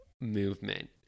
movement